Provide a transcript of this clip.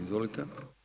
Izvolite.